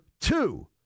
two